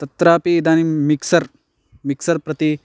तत्रापि इदानीं mixer mixer प्रति